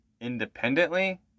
independently